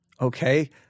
Okay